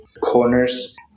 corners